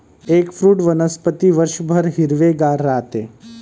eggfruit वनस्पती वर्षभर हिरवेगार राहते